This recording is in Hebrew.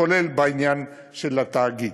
כולל בעניין של התאגיד.